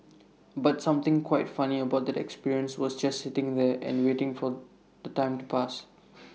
but something quite funny about the experience was just sitting there and waiting for the time to pass